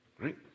right